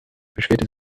beschwerte